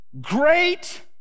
great